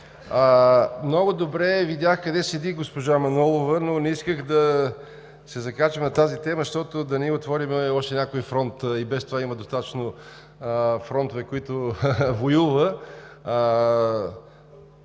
Много добре видях къде седи госпожа Манолова, но не исках да се закачам на тази тема, за да не ѝ отворим още някой фронт, тя и без това има достатъчно фронтове, на които воюва.